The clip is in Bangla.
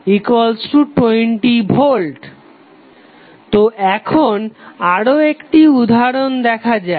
এখন Vthvoc6i220V তো এখন আরও একটি উদাহরণ দেখা যাক